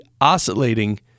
oscillating